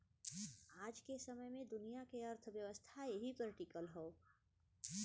आज के समय मे दुनिया के अर्थव्यवस्था एही पर टीकल हौ